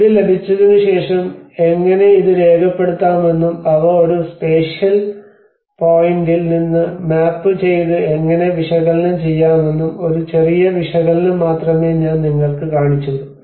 ഇത് ലഭിച്ചതിന് ശേഷം എങ്ങനെ ഇത് രേഖപ്പെടുത്താമെന്നും അവ ഒരു സ്പേഷ്യൽ പോയിന്റിൽ നിന്ന് മാപ്പ് ചെയ്ത് എങ്ങനെ വിശകലനം ചെയ്യാമെന്നും ഒരു ചെറിയ വിശകലനം മാത്രമേ ഞാൻ നിങ്ങൾക്ക് കാണിച്ചുള്ളൂ